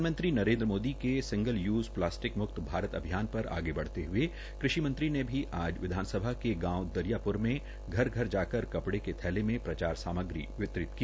प्रधानमंत्री नरेंद्र मोदी के single use plastic मुक्त भारत अभियान पर आगे बढ़ते हए कृषि मंत्री ने भी आज विधानसभा के गांव दरियाप्र में घर घर जाकर कपड़े के थैले में प्रचार सामग्री वितरित की